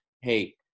Hey